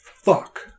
fuck